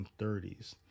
1930s